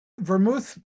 Vermouth